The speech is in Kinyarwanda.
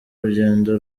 urugendo